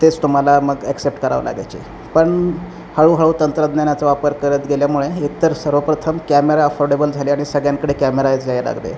तेच तुम्हाला मग ॲक्सेप्ट करावं लागायचे पण हळूहळू तंत्रज्ञानाचा वापर करत गेल्यामुळे एकतर सर्वप्रथम कॅमेरा अफोर्डेबल झाले आणि सगळ्यांकडे कॅमेराज यायला लागले